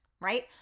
right